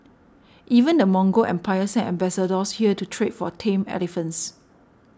even the Mongol empire sent ambassadors here to trade for tame elephants